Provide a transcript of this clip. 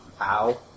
Ow